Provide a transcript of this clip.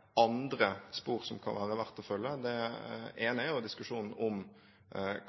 verdt å følge. Det ene er diskusjonen om